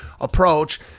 approach